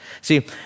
See